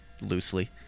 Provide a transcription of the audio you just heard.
loosely